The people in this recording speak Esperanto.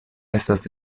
estas